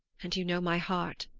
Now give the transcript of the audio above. and you know my heart.